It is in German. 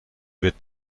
wird